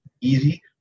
easy